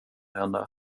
henne